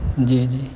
جی جی